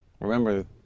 Remember